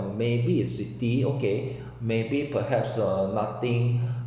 oh maybe is city okay maybe perhaps uh nothing